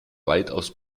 weitaus